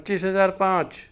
પચીસ હજાર પાંચ